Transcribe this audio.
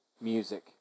music